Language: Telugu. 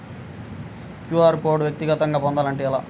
క్యూ.అర్ కోడ్ వ్యక్తిగతంగా పొందాలంటే ఎలా?